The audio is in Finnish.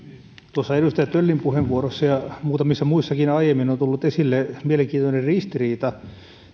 tuossa edustaja töllin puheenvuorossa ja muutamissa muissakin aiemmin on tullut esille mielenkiintoinen ristiriita